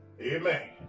Amen